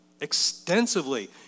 extensively